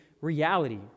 reality